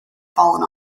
fallen